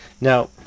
Now